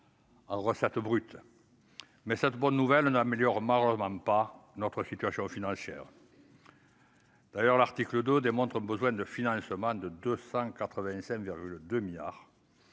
Recettes brutes mais cette bonne nouvelle n'améliore malheureusement pas notre situation financière. D'ailleurs l'article Dow démontre le besoin de financement de 285 vers